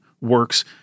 works